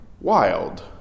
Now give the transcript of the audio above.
wild